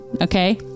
okay